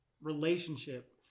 relationship